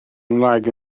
ngwraig